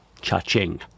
Cha-ching